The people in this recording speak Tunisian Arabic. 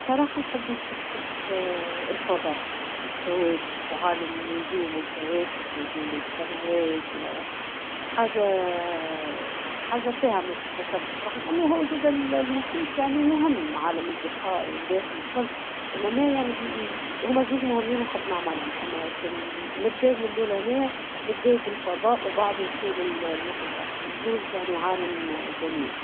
بصراحة خيمة فوق جبل ، في قمة هكا نتاع جبل، خير من أني نكون في قلعة عتيقة ولا قديمة هكا والكل باهي ، فيها حاجات باش تكون باهي معناها أنك أنتي تستكشفها وتعرفها ، أما خيمة في قمة نتاع جبل تخيل واحد هكا يبدى قريب ، من السما ، وخصك تبدى أعلى قمة معناها نتاع جبل ، وقريب من السما والأجواء محلاها ومنظر رائع جدا قريب من النجوم.